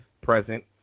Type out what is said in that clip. present